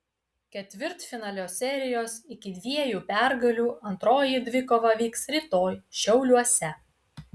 ketvirtfinalio serijos iki dviejų pergalių antroji dvikova vyks rytoj šiauliuose